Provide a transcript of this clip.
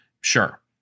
Sure